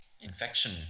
Infection